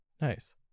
Nice